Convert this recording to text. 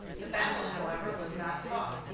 the battle, however, was not fought.